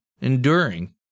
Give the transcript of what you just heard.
enduring